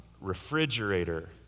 refrigerator